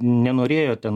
nenorėjo ten